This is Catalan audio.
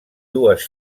dues